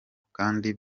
kandi